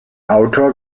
autor